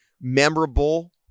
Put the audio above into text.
memorable